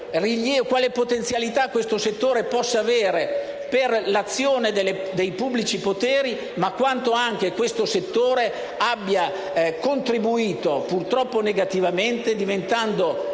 quale potenzialità questo settore può avere per l'azione dei pubblici poteri, ma anche quanto esso abbia contribuito, purtroppo negativamente, diventando